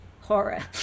horror